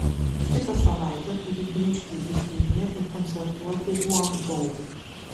kitą savaitę turi grįžti į kiniją ir koncertuoti guangdžou